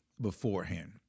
beforehand